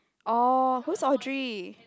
oh who's Audrey